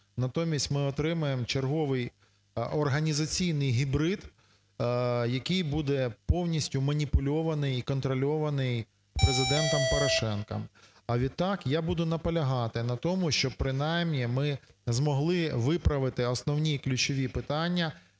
Натомість, ми отримаємо черговий організаційний гібрид, який буде повністю маніпульований і контрольований Президентом Порошенко. А відтак, я буду наполягати на тому, щоб принаймні ми змогли виправити основні ключові питання